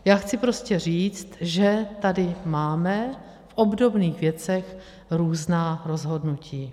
Já chci prostě říct, že tady máme v obdobných věcech různá rozhodnutí.